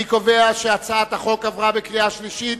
אני קובע שהצעת החוק התקבלה בקריאה שלישית